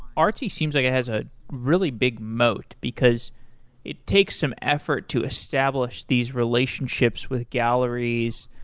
artsy seems like it has a really big mode, because it takes some effort to establish these relationships with galleries,